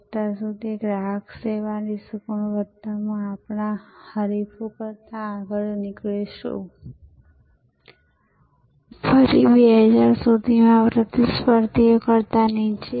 કારણ કે ચોક્કસ ગ્રાહક એટલે એક ડબ્બો અથવા ટિફિન બોક્સ ખાલી વિતરણ કરવામાં આવે છે જેનો ઉપયોગ ગઈકાલે કરવામાં આવ્યો હતો અને નવા ડબ્બા અથવા ટિફિન બોક્સ ગ્રાહકના ઘરેથી ગ્રાહકોની ઓફિસમાં વિતરણ કરવા માટે લેવામાં આવે છે